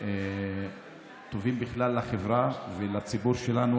שטובים בכלל לחברה ולציבור שלנו,